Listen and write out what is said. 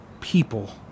people